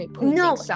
No